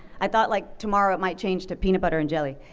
i thought, like, tomorrow it might change to peanut butter and jelly,